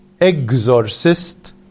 exorcist